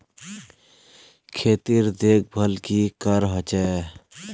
खेतीर देखभल की करे होचे?